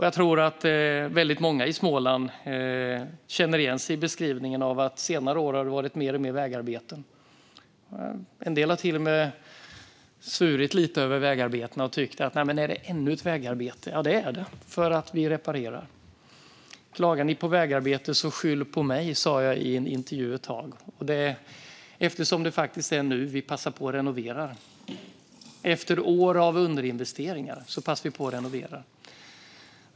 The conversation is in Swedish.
Jag tror att många i Småland känner igen sig i beskrivningen av att det under senare år har varit mer och mer vägarbeten. En del har till och med svurit lite över vägarbetena: Är det ännu ett vägarbete! Ja, det är det eftersom vi reparerar. Klagar ni på vägarbeten så skyll på mig, har jag sagt i intervjuer. Efter år av underinvesteringar passar vi på att renovera.